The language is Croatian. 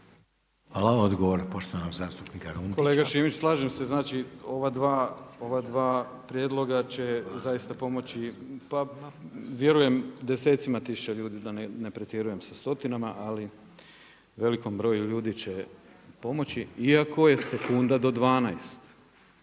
Hvala. Odgovor poštovanog zastupnika Runtića. **Runtić, Hrvoje (MOST)** Kolega Šimić, slažem se. Znači ova dva prijedloga će zaista pomoći pa vjerujem desecima tisuća ljudi da ne pretjerujem sa stotinama, ali velikom broju ljudi će pomoći iako je sekunda do 12.